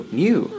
new